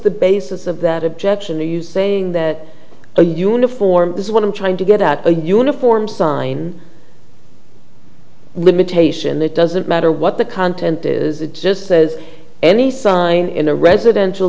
the basis of that objection to you saying that a uniform is what i'm trying to get at a uniform sign limitation it doesn't matter what the content is it just says any sign in a residential